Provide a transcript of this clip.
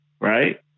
Right